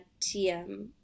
TM